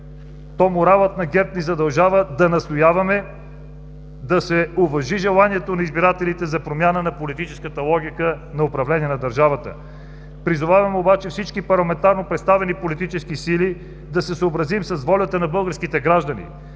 то моралът на ГЕРБ ни задължава да настояваме да се уважи желанието на избирателите за промяна на политическата логика на управление на държавата. Призоваваме обаче всички парламентарно представени политически сили да се съобразим с волята на българските граждани,